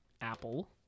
Apple